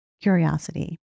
curiosity